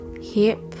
hip